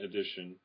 Edition